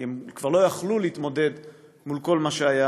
כי הם כבר לא יכלו להתמודד עם כל מה שהיה